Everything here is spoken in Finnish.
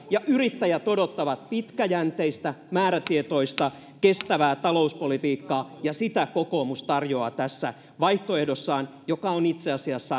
yrittäjät odottavat pitkäjänteistä määrätietoista kestävää talouspolitiikkaa ja sitä kokoomus tarjoaa tässä vaihtoehdossaan joka on itse asiassa